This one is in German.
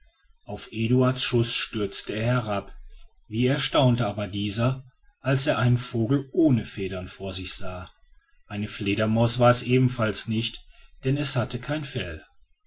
auf eduard's schuß stürzte er herab wie erstaunte aber dieser als er einen vogel ohne federn vor sich sah eine fledermaus war es ebenfalls nicht denn es hatte kein fell